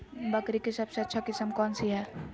बकरी के सबसे अच्छा किस्म कौन सी है?